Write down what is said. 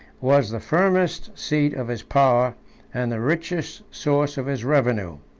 was the firmest seat of his power and the richest source of his revenue.